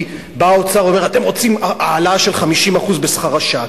כי בא האוצר ואומר: אתם רוצים העלאה של 50% בשכר השעה.